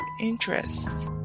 interests